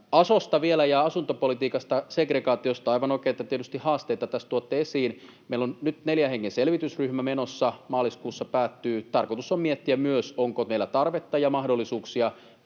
vielä ja asuntopolitiikasta, segregaatiosta: aivan oikein, että tietysti haasteita tässä tuotte esiin. Meillä on nyt neljän hengen selvitysryhmä menossa, maaliskuussa päättyy. Tarkoitus on miettiä myös, onko meillä tarvetta ja mahdollisuuksia